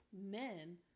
men